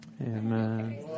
Amen